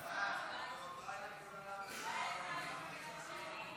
ההצעה להעביר את הצעת